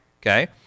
okay